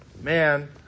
Man